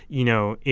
you know,